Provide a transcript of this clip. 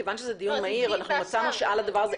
כיוון שזה דיון מהיר ויש לנו שעה לדבר הזה